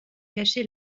caché